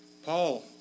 Paul